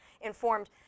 informed